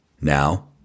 Now